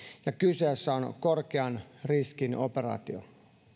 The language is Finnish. ja kyseessä on korkean riskin operaatio